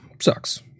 Sucks